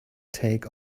take